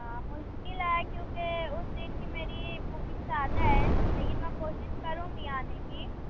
ہاں مشکل ہے کیونکہ اُس دِن کی میری بکنگ زیادہ ہے لیکن میں کوشش کروں گی آنے کی